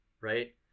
right